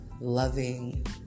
loving